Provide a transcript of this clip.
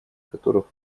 которых